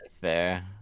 Fair